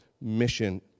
mission